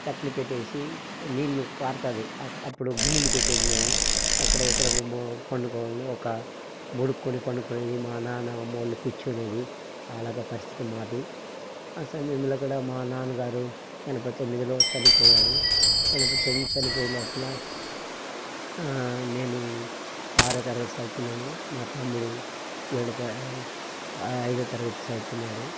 తట్టలు పెట్టేసి నీళ్ళు కారుతది అప్పుడు గిన్నెలు పెట్టేది మేము అక్కడ ఎక్కడ పండుకోవాలని ఒక ముడుక్కొని పనుకొని మా నాన్న అమ్మోళ్ళు కూర్చునేది అలాగా పరిస్థితి మాది ఆ సమయంలో కూడా మా నాన్నగారు ఎనభై తొమ్మిదిలో చనిపోయాడు ఎనభై తొమ్మిది చనిపోయే లోపల నేను ఆరో తరగతి సదువుతున్నాను మా తమ్ముడు ఏడో ఐదో తరగతి సదువుతున్నాడు